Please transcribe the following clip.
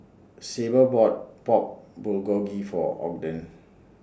Sable bought Pork Bulgogi For Ogden